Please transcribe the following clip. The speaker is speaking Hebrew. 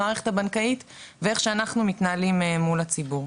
למערכת הבנקאית והדרך שבה אנחנו מתנהלים מול הציבור.